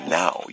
now